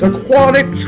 Aquatic